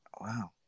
wow